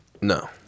No